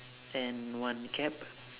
and one cap